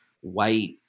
white